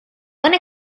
one